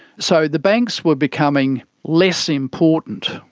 so the banks were becoming less important,